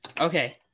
Okay